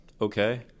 okay